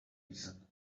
reason